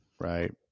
Right